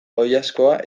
oilaskoa